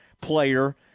player